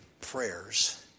prayers